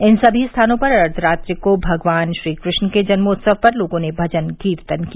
इन सभी स्थानों पर अर्धरात्रि को भगवान श्रीकृष्ण के जन्मोत्सव पर लोगों ने भजन कीर्तन किया